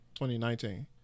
2019